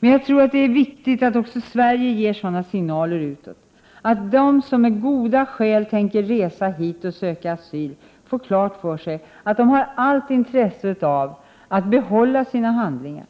Men jag tror det är viktigt att Sverige också ger sådana signaler utåt, att de som med goda skäl tänker resa hit och söka asyl får klart för sig att de har allt intresse av att behålla sina handlingar,